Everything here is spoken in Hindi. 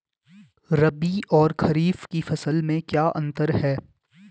रबी और खरीफ की फसल में क्या अंतर है?